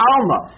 Alma